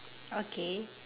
okay